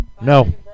No